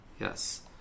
Yes